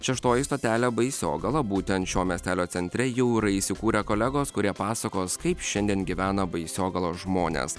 šeštoji stotelė baisogala būtent šio miestelio centre jau yra įsikūrę kolegos kurie pasakos kaip šiandien gyvena baisogalos žmonės